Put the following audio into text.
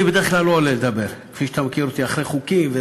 אני בדרך כלל לא עולה לדבר אחרי חוקים,